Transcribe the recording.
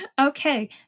Okay